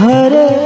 Hare